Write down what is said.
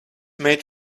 made